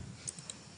שנייה.